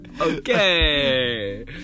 Okay